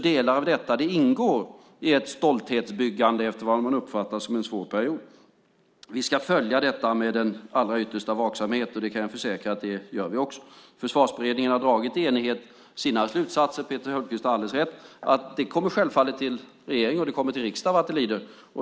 Delar av detta ingår i ett stolthetsbyggande efter vad man uppfattar som en svår period. Vi ska följa detta med den allra yttersta vaksamhet. Jag kan försäkra att vi gör det. Försvarsberedningen har i enighet dragit sina slutsatser. Peter Hultqvist har alldeles rätt i att detta vad det lider självfallet kommer till regeringen och till riksdagen.